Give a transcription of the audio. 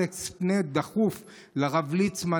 אלכס: פנה דחוף לרב ליצמן,